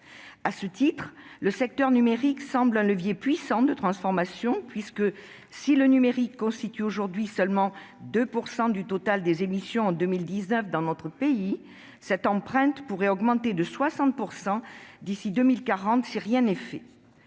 À ce titre, le secteur numérique semble un levier puissant de transformation : si le numérique constitue aujourd'hui seulement 2 % du total des émissions en 2019 dans notre pays, cette empreinte pourrait augmenter de 60 % d'ici à 2040 si rien n'est fait.